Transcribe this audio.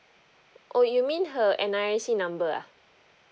oh you mean her N_R_I_C number ah